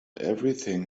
everything